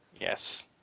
Yes